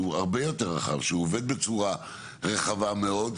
שהוא הרבה יותר רחב, שהוא עובד בצורה רחבה מאוד.